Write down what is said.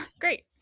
great